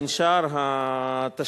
בין שאר התשלומים,